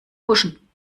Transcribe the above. puschen